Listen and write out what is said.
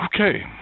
Okay